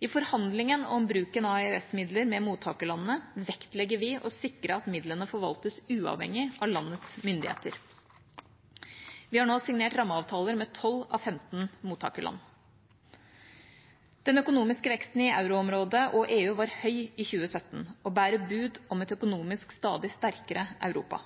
I forhandlinger om bruken av EØS-midler med mottakerlandene, vektlegger vi å sikre at midlene forvaltes uavhengig av landets myndigheter. Vi har nå signert rammeavtaler med 12 av 15 mottakerland. Den økonomiske veksten i euroområdet og EU var høy i 2017, og bærer bud om et økonomisk stadig sterkere Europa.